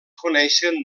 coneixen